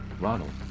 Ronald